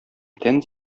тән